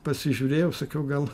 pasižiūrėjau sakiau gal